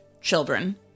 children